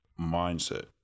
mindset